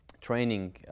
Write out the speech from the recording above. Training